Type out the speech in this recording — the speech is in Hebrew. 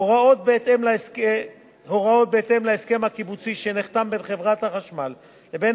הוראות בהתאם להסכם הקיבוצי שנחתם בין חברת החשמל לבין